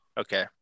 Okay